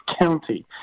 County